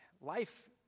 Life